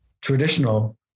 traditional